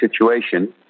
situation